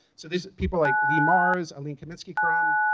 so these are people like lee marrs, aline kominsky-crumb,